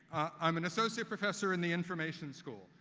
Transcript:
i am an associate professor in the information school,